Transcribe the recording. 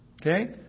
Okay